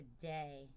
today